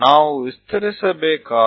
ચાલો આપણે તે રચીએ